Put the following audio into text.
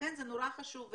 לכן זה נורא חשוב.